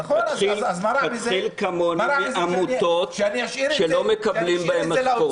תתחיל כמוני מעמותות שלא מקבלים בהן משכורות.